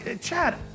Chad